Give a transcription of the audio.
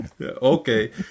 Okay